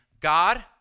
God